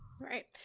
Right